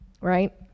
Right